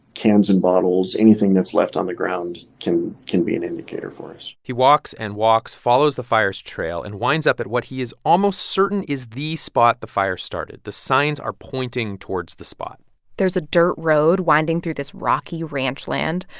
cans and bottles, anything that's left on the ground can can be an indicator for us he walks and walks, follows the fire's trail and winds up at what he is almost certain is the spot the fire started. the signs are pointing towards the spot there's a dirt road winding through this rocky ranch land.